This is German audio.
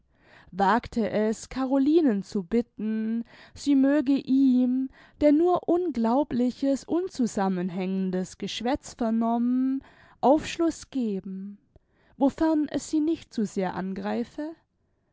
wagte es carolinen zu bitten sie möge ihm der nur unglaubliches unzusammenhängendes geschwätz vernommen aufschluß geben wofern es sie nicht zu sehr angreife